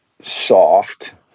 soft